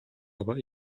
aber